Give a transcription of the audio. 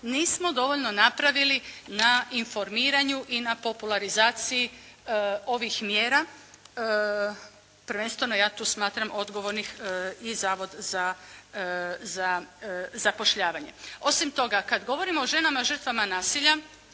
nismo dovoljno napravili na informiranju i popularizaciji ovih mjera prvenstveno ja tu smatram odgovornih i Zavod za zapošljavanje. Osim toga kada govorimo o ženama žrtvama nasilja,